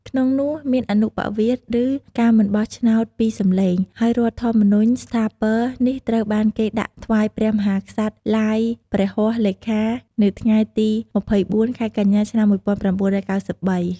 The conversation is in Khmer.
ក្នុងនោះមាន អនុប្បវាទឬ ការមិនបោះឆ្នោត ២ សំឡេង ហើយរដ្ឋធម្មនុញ្ញស្ថាពរនេះត្រូវបានគេដាក់ថ្វាយព្រះមហាក្សត្រឡាយព្រះហស្តលេខានៅថ្ងៃទី២៤ ខែកញ្ញា ឆ្នាំ១៩៩៣។